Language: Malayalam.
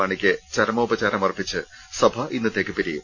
മാണിക്ക് ചരമോപ ചാരം അർപ്പിച്ച് സഭ ഇന്നത്തേക്ക് പിരിയും